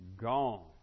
gone